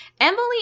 Emily